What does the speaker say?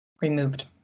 removed